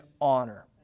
honor